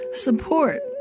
support